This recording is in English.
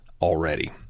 already